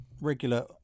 regular